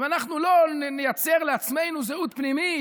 אם אנחנו לא נייצר לעצמנו זהות פנימית,